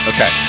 Okay